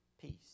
Peace